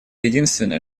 единственное